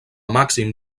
màxim